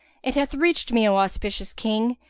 it hath reached me, o auspicious king,